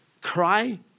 cry